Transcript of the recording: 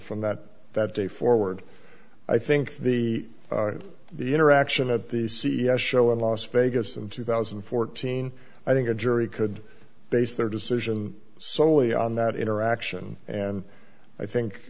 from that that day forward i think the the interaction at the c s show in las vegas in two thousand and fourteen i think a jury could base their decision solely on that interaction and i think